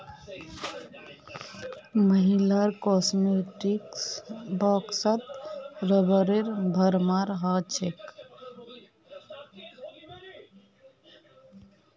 महिलार कॉस्मेटिक्स बॉक्सत रबरेर भरमार हो छेक